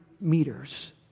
meters